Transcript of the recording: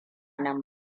nan